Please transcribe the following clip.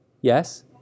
Yes